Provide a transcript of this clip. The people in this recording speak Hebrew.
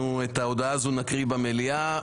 אנחנו את ההודעה הזאת נקריא במליאה.